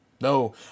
No